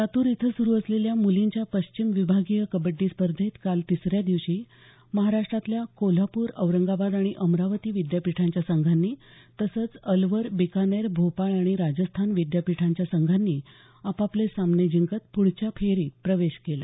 लातूर इथं सुरू असलेल्या मुलींच्या पश्चिम विभागीय कबड्डी स्पर्धेत काल तिसऱ्या दिवशी महाराष्ट्रातल्या कोल्हापूर औरंगाबाद आणि अमरावती विद्यापीठांच्या संघांनी तसंच अलवर बिकानेर भोपाळ आणि राजस्थान विद्यापीठांच्या संघांनी आपापले सामने जिंकत पुढच्या फेरीत प्रवेश केला